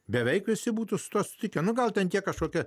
beveik visi būtų su tuo sutikę nu gal ten tie kažkokie